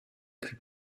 plus